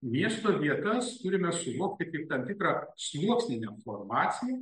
miesto vietas turime suvokti kaip tam tikrą sluoksninę informaciją